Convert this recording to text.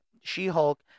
She-Hulk